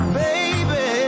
baby